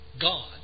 God